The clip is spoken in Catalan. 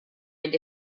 vint